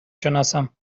شناسم